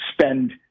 spend